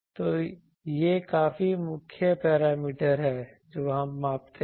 तो ये काफी मुख्य पैरामीटर हैं जो हम मापते हैं